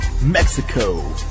Mexico